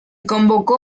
convocó